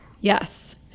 Yes